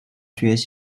大学